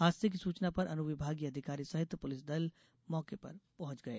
हादसे की सूचना पर अनुविभागीय अधिकारी सहित पुलिस दल मौके पर पहुंच गये